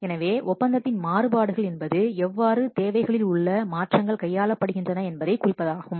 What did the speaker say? எனவே ஒப்பந்தத்தின் மாறுபாடுகள் என்பது எவ்வாறு தேவைகளில் உள்ள மாற்றங்கள் கையாளப்படுகின்றனஎன்பதை குறிப்பதாகும்